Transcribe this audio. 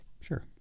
sure